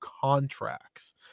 contracts